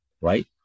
right